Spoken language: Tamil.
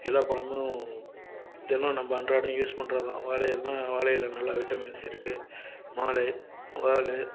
எல்லாப் பழமும் தினம் நம்ம அன்றாடம் யூஸ் பண்ணுறது தான் வாழையில்னா வாழையில நல்லா விட்டமின்ஸ் இருக்குது மாலை வாழை